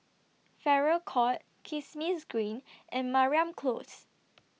Farrer Court Kismis Green and Mariam Close